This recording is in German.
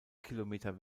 kilometer